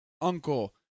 Uncle